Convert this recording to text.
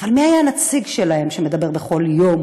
אבל מי היה הנציג שלהם, שמדבר בכל יום